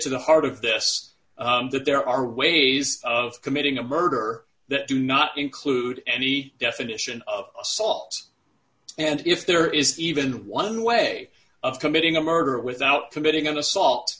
to the heart of this that there are ways of committing a murder that do not include any definition of assault and if there is even one way of committing a murder without committing an assault